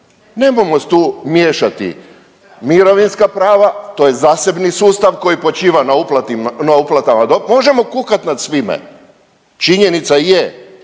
nemojmo tu miješati mirovinska prava, to je zasebni sustav koji počiva na uplatama .../nerazumljivo/... možemo kukati nad svime. Činjenica je